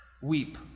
weep